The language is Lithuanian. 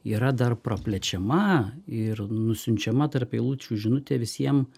yra dar praplečiama ir nusiunčiama tarp eilučių žinutė visiem